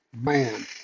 man